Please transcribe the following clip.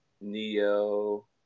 Neo